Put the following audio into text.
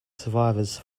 survivors